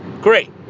Great